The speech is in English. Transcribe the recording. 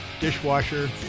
dishwasher